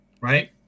right